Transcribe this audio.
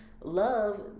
love